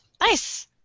Nice